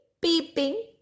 peeping